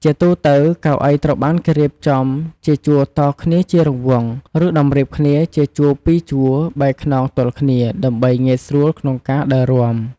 ជាទូទៅ កៅអីត្រូវបានគេរៀបចំជាជួរតគ្នាជារង្វង់ ឬតម្រៀបគ្នាជាជួរពីរជួរបែរខ្នងទល់គ្នា ដើម្បីងាយស្រួលក្នុងការដើររាំ។